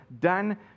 done